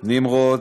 נמרוד,